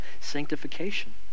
sanctification